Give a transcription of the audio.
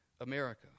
America